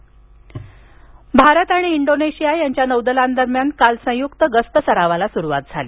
Bharat Indonesia Bharat आणि Indonesia यांच्या नौदलांदरम्यान काल संयुक्त गस्त सरावाला सुरुवात झाली